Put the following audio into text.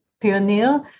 pioneer